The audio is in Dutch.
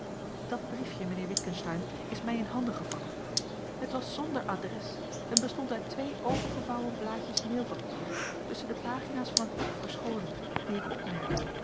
dat briefje mijnheer witgensteyn is mij in handen gevallen het was zonder adres en bestond uit twee opengevouwen blaadjes mailpapier tusschen de pagina's van het boek verscholen die ik opmerkte